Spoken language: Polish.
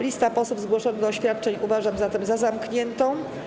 Listę posłów zgłoszonych do oświadczeń uważam zatem za zamkniętą.